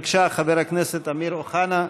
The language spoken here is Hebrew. בבקשה, חבר הכנסת אמיר אוחנה,